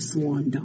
Swan